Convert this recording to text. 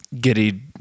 Giddy